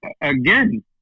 again